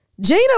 Gina